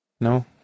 No